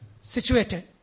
situated